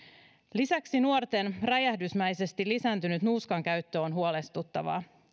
lisäksi nuorten räjähdysmäisesti lisääntynyt nuuskan käyttö on huolestuttavaa